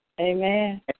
Amen